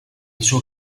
suo